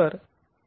तर